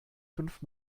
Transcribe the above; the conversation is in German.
fünf